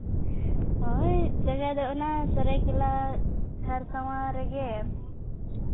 ᱦᱳᱭ ᱡᱟᱭᱜᱟ ᱫᱚ ᱚᱱᱟ ᱥᱟᱹᱨᱟᱹᱭᱠᱮᱞᱟ ᱠᱷᱟᱨᱥᱟᱣᱟ ᱨᱮᱜᱮ